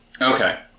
Okay